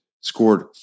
scored